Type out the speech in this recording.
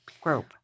group